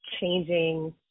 changing